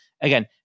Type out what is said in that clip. Again